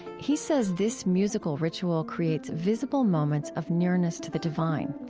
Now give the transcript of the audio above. he says this musical ritual creates visible moments of nearness to the divine.